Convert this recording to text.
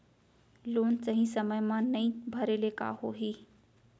Loan सही समय मा नई भरे ले का होही?